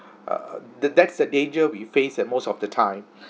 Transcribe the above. err the decks the danger we face at most of the time